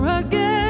again